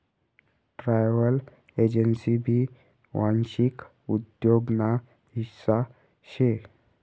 travel agency भी वांशिक उद्योग ना हिस्सा शे